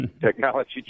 technology